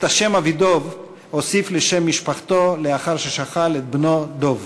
את השם אבידב הוסיף לשם משפחתו לאחר ששכל את בנו דב.